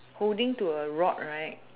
holding to a rod right